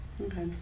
Okay